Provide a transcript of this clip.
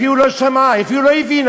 היא אפילו לא שמעה, היא אפילו לא הבינה.